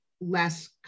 less